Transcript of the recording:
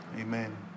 Amen